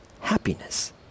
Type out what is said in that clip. happiness